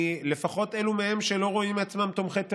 לפחות אלו מהם שלא רואים עצמם תומכי טרור,